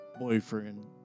boyfriend